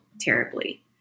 terribly